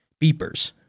beepers